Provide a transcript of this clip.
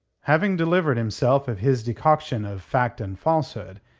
having delivered himself of his decoction of fact and falsehood,